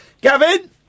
Gavin